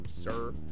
sir